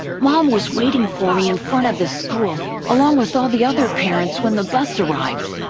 mom was waiting for me in front of the school along with all the other parents when the bus arrived.